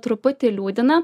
truputį liūdina